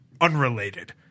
unrelated